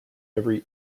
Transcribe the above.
every